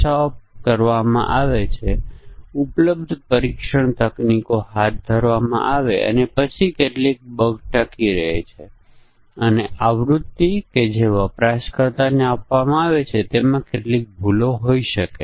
એક વાત આપણે યાદ રાખવી જ જોઇએ કે મેં અગાઉ કહ્યું છે કે આપણે સ્થિતિના તમામ સંભવિત સંયોજનો પર વિચાર કરવો પડશે કારણ કે ત્યાં એક તક છે કે ઘણા પરિમાણો હોય તો શરતોના કેટલાક સંયોજનો ચૂકી જવાય છે